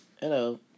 Hello